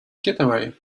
getaway